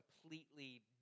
completely